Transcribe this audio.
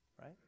Right